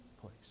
place